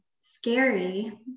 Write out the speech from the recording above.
scary